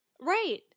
Right